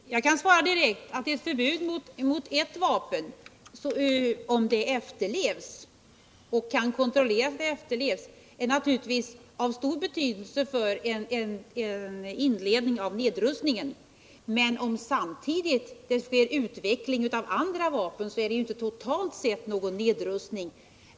Herr talman! Jag kan svara direkt att ett förbud mot ett vapen, om det kan kontrolleras att förbudet efterlevs, naturligtvis är av stor betydelse för en inledning av nedrustning, men om det samtidigt sker utveckling av andra vapen innebär det ju totalt sett inte någon nedrustning.